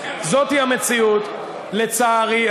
זוהי המציאות, לצערי.